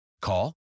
Call